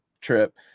trip